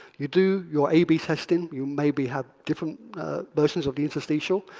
you do your ab testing, you maybe have different versions the interstitial,